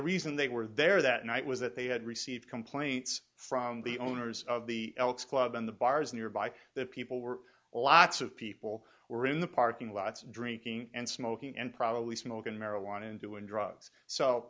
reason they were there that night was that they had received complaints from the owners of the elks club and the bars nearby that people were lots of people were in the parking lots drinking and smoking and probably smoking marijuana and doing drugs so